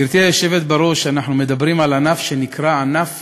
גברתי היושבת-ראש, אנחנו מדברים על ענף שנקרא "ענף